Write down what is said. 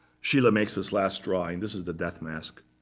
schiele makes this last drawing this is the death mask